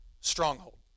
stronghold